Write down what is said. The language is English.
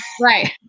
right